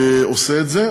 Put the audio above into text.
עושה את זה.